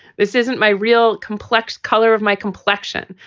this isn't my real complex color of my complexion.